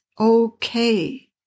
okay